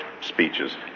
speeches